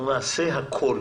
נעשה הכול